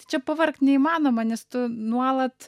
tai čia pavargt neįmanoma nes tu nuolat